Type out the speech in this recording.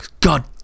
god